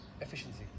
efficiency